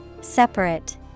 Separate